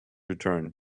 return